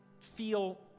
feel